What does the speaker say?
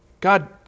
God